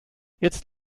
jetzt